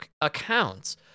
accounts